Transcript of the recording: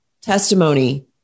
testimony